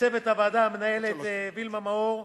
לצוות הוועדה, המנהלת וילמה מאור,